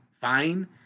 fine